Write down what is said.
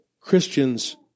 Christians